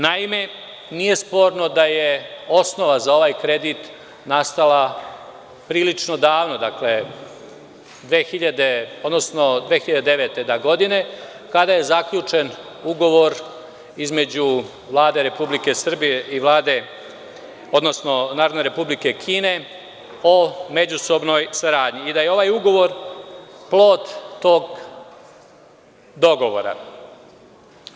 Naime, nije sporno da je osnova za ovaj kredit nastala prilično davno, dakle 2009. godine kada je zaključen ugovor između Vlade Republike Srbije i Vlade, odnosno Narodne Republike Kine o međusobnoj saradnji i da je ovaj ugovor plod tog dogovora.